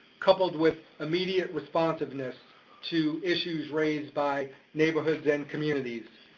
coupled with immediate responsiveness to issues raised by neighborhoods and communities.